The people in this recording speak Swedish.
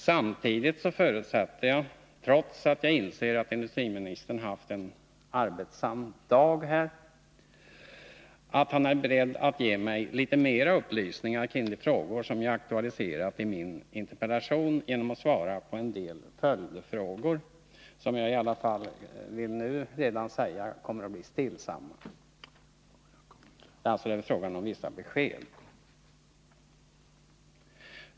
Samtidigt förutsätter jag, trots att jag inser att industriministern har haft en arbetsam dag, att han är beredd att ge mig litet mer upplysningar kring de frågor som jag aktualiserat i min interpellation, genom att svara på en del följdfrågor, som jag redan nu vill säga kommer att bli stillsamma. Det är alltså fråga om vissa besked.